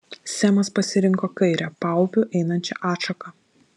semas pasirinko kairę paupiu einančią atšaką